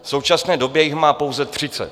V současné době jich má pouze třicet.